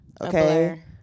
okay